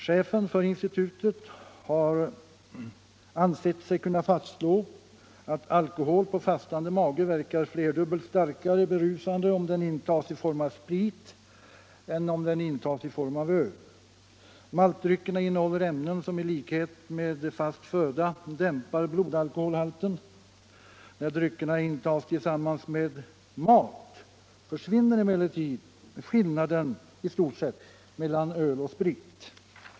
Chefen för institutionen har ansett sig kunna fastslå att alkohol på fastande mage verkar flerdubbelt starkare berusande om den intas i form av sprit än om den intas i form av öl. Maltdryckerna innehåller ämnen som i likhet med fast föda dämpar blodalkoholhalten. När dryckerna intas tillsammans med mat försvinner emeilertid i stort sett skillnaden mellan öl och sprit.